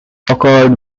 occurred